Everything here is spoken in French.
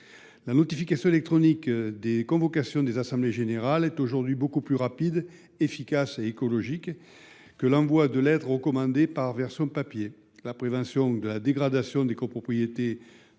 La notification électronique des convocations aux assemblées générales est beaucoup plus rapide, efficace et écologique que l’envoi d’une lettre recommandée. La prévention de la dégradation des copropriétés